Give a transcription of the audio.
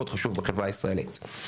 מאוד חשוב בחברה הישראלית.